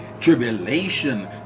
tribulation